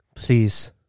Please